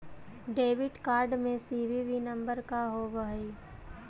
Debit card में CVV number का होव हइ?